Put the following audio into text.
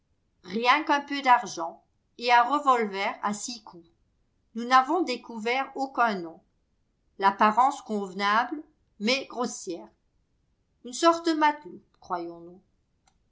rien qu'un peu d'argent et un revolver à six coups nous n'avons découvert aucun nom l'apparence convenable mais grossière une sorte